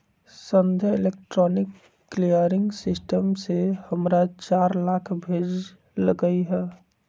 संध्या electronic clearing system से हमरा चार लाख भेज लकई ह